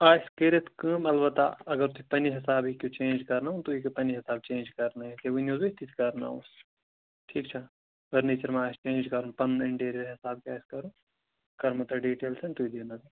آسہِ کٔرِتھ کٲم اَلبتاہ اگر تُہی پَننہِ حسابہٕ ہیٚکِو چینج کَرناوُن تُہۍ ہیٚکِو پَننہٕ حسابہٕ چینج کَرنٲوِتھ تُہۍ ؤنِو تِتہِ کَرناوُس ٹھیٖک چھا فٔرنیٖچَر ما آسہِ چینج کَرُن پَنُن اِنٹیٖرِیَر حسابہٕ کیٛاہ آسہِ کَرُن بہٕ کرہَو تۄہہِ ڈِٹیل سینٛڈ تُہۍ دِیو نَظر